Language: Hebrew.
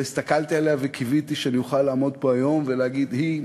והסתכלתי עליה וקיוויתי שאוכל לעמוד פה היום ולהגיד: היא,